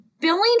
billing